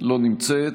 לא נמצאת.